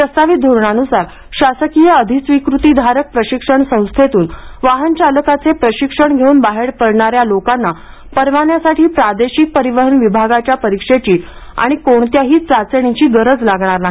प्रस्तावित धोरणानुसार शासकीय अधिस्विकृतीधारक प्रशिक्षण संस्थेतून वाहन चालकाचे प्रशिक्षण घेऊन बाहेर पडणाऱ्या लोकांना परवान्यासाठी प्रादेशिक परिवहन विभागाच्या परीक्षेची आणि कोणत्याही चाचणीची गरज लागणार नाही